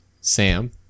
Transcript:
Sam